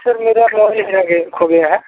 sir मेरा wallet यहाँ कहीं खो गया है